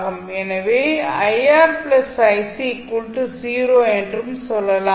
எனவே என்றும் சொல்லலாம்